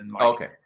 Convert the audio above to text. Okay